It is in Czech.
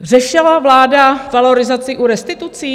Řešila vláda valorizaci u restitucí?